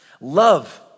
Love